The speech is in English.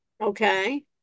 Okay